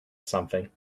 something